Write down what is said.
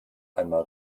einmal